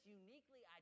uniquely